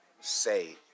say